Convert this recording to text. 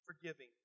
forgiving